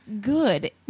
good